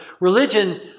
religion